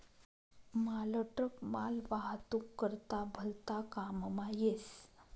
मालट्रक मालवाहतूक करता भलता काममा येस